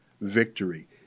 victory